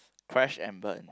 crash and burn